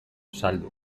saldu